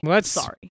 Sorry